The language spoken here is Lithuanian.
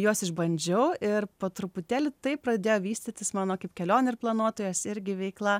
juos išbandžiau ir po truputėlį taip pradėjo vystytis mano kaip kelionių ir planuotojos irgi veikla